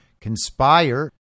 Conspire